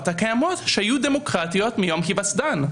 הקיימות שהיו דמוקרטיות מיום היווסדן.